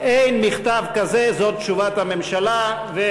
אין מכתב כזה, זו תשובת הממשלה.